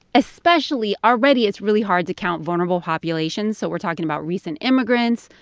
especially already, it's really hard to count vulnerable populations. so we're talking about recent immigrants,